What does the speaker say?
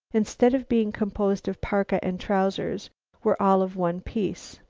instead of being composed of parka and trousers were all of one piece.